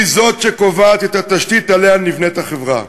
היא שקובעת את התשתית שעליה נבנית החברה,